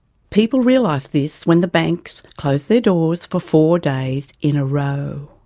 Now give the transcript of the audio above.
people realised this when the banks closed their doors for four days in a row.